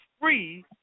free